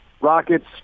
Rockets